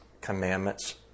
commandments